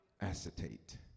acetate